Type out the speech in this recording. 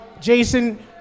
Jason